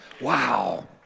wow